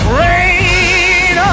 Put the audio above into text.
rain